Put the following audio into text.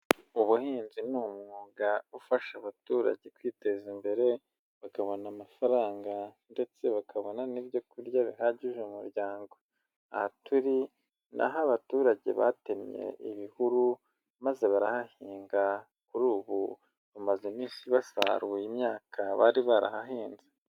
Ubuhinzi ni umwuga ufasha abaturage kwiteza imbere bakabona amafaranga ndetse bakabona n'ibyo kurya bihagije mu muryango, aha turi ni aho abaturage batemye ibihuru maze barahahinga kuri ubu bamaze iminsi basaruye imyaka bari barahahinze.